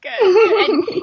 Good